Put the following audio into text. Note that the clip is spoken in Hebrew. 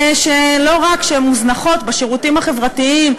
שלא רק שהן מוזנחות בשירותים החברתיים,